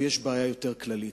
ויש בעיה יותר כללית.